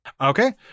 Okay